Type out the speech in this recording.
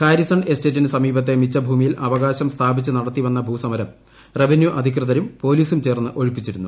Harrison എസ്റ്റേറ്റിനു സമീപത്തെ മിച്ചഭൂമിയിൽ അവകാശം സ്ഥാപിച്ച് നടത്തിവന്ന ഭൂസമരം റവന്യൂ അധികൃതരും പോലീസും ചേർന്ന് ഒഴിപ്പിച്ചിരുന്നു